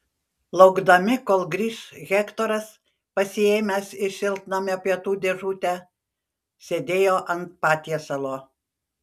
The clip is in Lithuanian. laukdami kol grįš hektoras pasiėmęs iš šiltnamio pietų dėžutę sėdėjo ant patiesalo